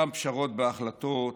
גם פשרות בהחלטות